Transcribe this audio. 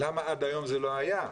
למה עד היום זה לא היה,